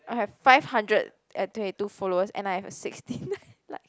I have five hundred and twenty two followers and I have a sixteen like